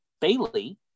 Bailey